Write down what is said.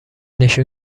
نشون